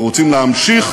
אנחנו רוצים להמשיך,